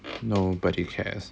nobody cares